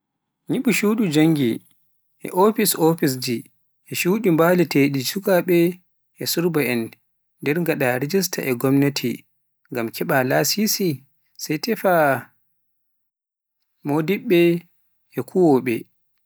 nyibu shuɗi jannge e ofis-ofisji e shuuɗi mbaleɗe sukabee e surba'en, nden ngada rijista e gomnati. Ngam keba lasisi, sai tefe modiɓɓe e kuwooɓe.